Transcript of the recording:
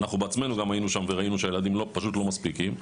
אנחנו בעצמו גם היינו שם וראינו שהילדים פשוט לא מספיקים,